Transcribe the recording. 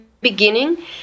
beginning